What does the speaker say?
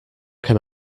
can